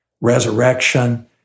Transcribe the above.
resurrection